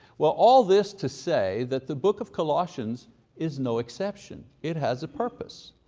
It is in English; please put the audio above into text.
well, all this to say that the book of colossians is no exception. it has a purpose.